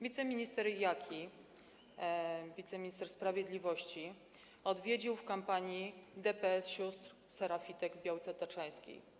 Wiceminister Jaki, wiceminister sprawiedliwości, odwiedził w kampanii DPS sióstr serafitek w Białce Tatrzańskiej.